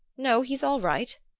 no he's all right.